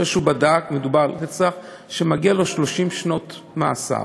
אחרי שהוא בדק, שמגיעות לו 30 שנות מאסר,